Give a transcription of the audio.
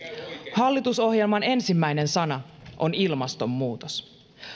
hallitusohjelman ensimmäinen sana on ilmastonmuutos